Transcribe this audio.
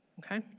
okay